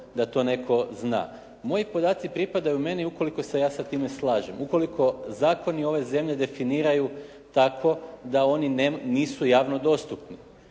da to netko zna. Moji podaci pripadaju meni ukoliko se ja sa time slažem. Ukoliko zakoni ove zemlje definiraju tako da oni nisu javno dostupni